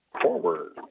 forward